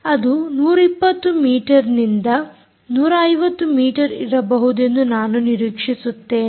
ಅದು 120 ಮೀಟರ್ ನಿಂದ 150ಮೀಟರ್ಇರಬಹುದೆಂದು ನಾನು ನಿರೀಕ್ಷಿಸುತ್ತೇನೆ